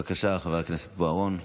בבקשה, חבר הכנסת בוארון.